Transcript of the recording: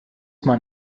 man